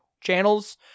channels